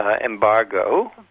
embargo